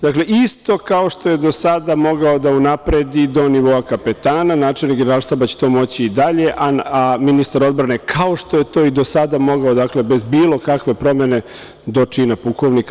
Dakle, isto kao što je do sada mogao da unapredi do nivoa kapetana, načelnik Generalštaba će to moći i dalje, a ministar odbrane, kao što je to do sada mogao, dakle, bez bilo kakve promene, do čina pukovnika.